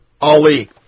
Ali